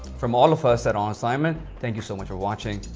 from all of us at on assignment, thank you so much for watching.